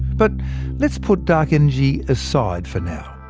but let's put dark energy aside for now.